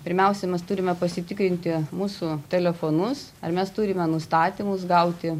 pirmiausia mes turime pasitikrinti mūsų telefonus ar mes turime nustatymus gauti